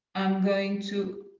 i'm going to